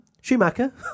Schumacher